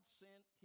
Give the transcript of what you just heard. sent